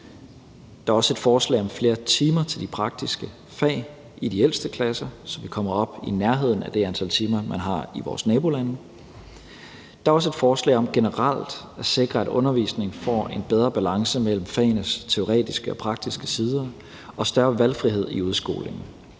Der er også et forslag om flere timer til de praktiske fag i de ældste klasser, så vi kommer op i nærheden af det antal timer, man har i vores nabolande. Der er også et forslag om generelt at sikre, at undervisning får en bedre balance mellem fagenes teoretiske og praktiske sider og større valgfrihed i udskolingen.